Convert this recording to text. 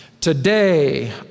today